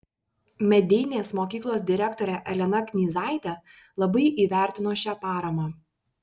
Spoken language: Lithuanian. medeinės mokyklos direktorė elena knyzaitė labai įvertino šią paramą